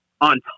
On